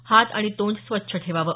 हात आणि तोंड स्वच्छ ठेवावं